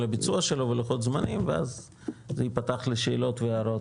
הביצוע שלו ולוחות זמנים ואז זה ייפתח לשאלות והערות,